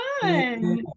fun